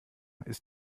ist